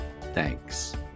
Thanks